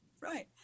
right